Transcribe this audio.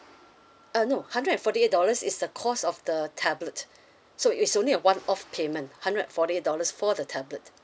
uh no hundred and forty eight dollars is the cost of the tablet so it's only a one off payment hundred and forty eight dollars for the tablet